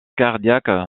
cardiaque